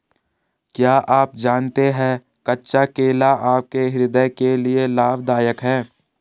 क्या आप जानते है कच्चा केला आपके हृदय के लिए लाभदायक है?